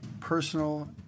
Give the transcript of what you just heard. personal